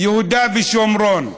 יהודה ושומרון.